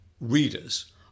readers